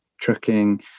trucking